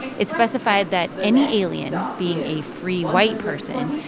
it specified that any alien, being a free white person,